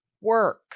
work